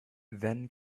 then